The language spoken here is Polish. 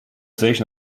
zejść